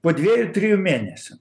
po dviejų trijų mėnesių